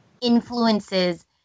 influences